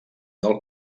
del